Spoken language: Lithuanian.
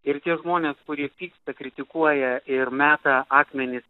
ir tie žmonės kurie pyksta kritikuoja ir meta akmenis